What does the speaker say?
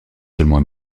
seulement